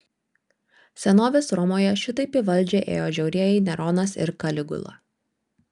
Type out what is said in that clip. senovės romoje šitaip į valdžią ėjo žiaurieji neronas ir kaligula